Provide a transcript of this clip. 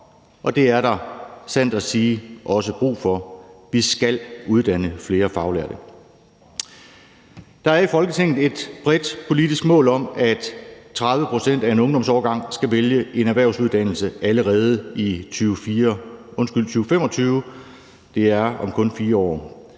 og det er der sandt at sige også brug for. Vi skal uddanne flere faglærte. Der er i Folketinget et bredt politisk mål om, at 30 pct. af en ungdomsårgang skal vælge en erhvervsuddannelse allerede i 2025. Det er om kun 4 år.